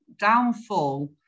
downfall